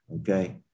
okay